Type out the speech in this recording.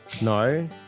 No